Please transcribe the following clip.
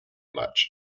much